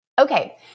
Okay